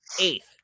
eighth